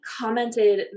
commented